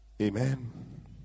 Amen